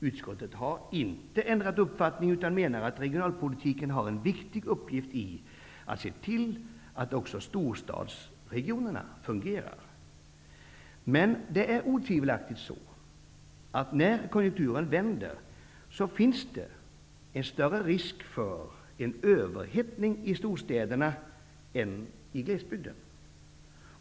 Utskottet har inte ändrat uppfattning utan menar att regionalpolitiken har en viktig uppgift i att se till att också storstadsregionerna fungerar. Men det är otvivelaktigt så att när konjunkturen vänder finns det större risk för överhettning i storstäderna än i glesbygden.